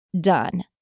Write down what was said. done